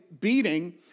beating